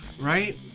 Right